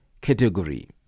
category